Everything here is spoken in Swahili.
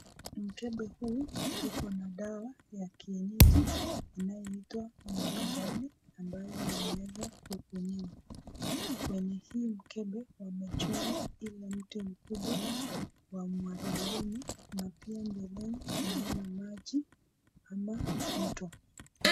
Mkebe huu uko na dawa ya kienyeji inayoitwa mwarubaini, ambayo inaweza kutumiwa, kwenye hii mkebe, wamechora ile mti mkubwa wa mwarubaini na pia mbeleni tunaona maji ama mto.